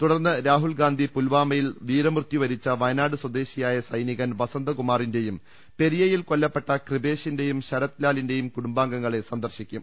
തുടർന്ന് രാഹുൽഗാന്ധി പുൽവാ മയിൽ വീരമൃത്യുവരിച്ച വയനാട് സ്വദേശിയായ സൈനികൻ വസന്തകു മാറിന്റെയും പെരിയയിൽ കൊല്ലപ്പെട്ട കൃപേഷിന്റെയും ശരത്ലാലിന്റെയും കുടുംബാംഗങ്ങളെ സന്ദർശിക്കും